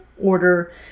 order